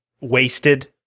wasted